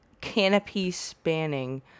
Canopy-spanning